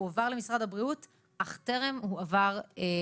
וכדי שנעביר אותה לפרט האחריות צריכה להיות קודם כל שלנו.